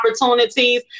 opportunities